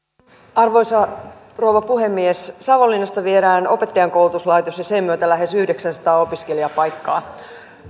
arvoisa rouva puhemies savonlinnasta viedään opettajankoulutuslaitos ja sen myötä lähes yhdeksänsataa opiskelijapaikkaa